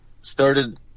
started